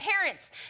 Parents